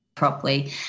properly